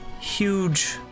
huge